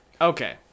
Okay